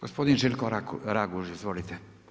Gospodin Željko Raguž, izvolite.